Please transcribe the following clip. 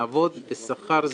לעבוד בשכר זעום,